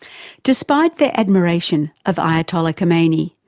despite the admiration of ayatollah khomeini,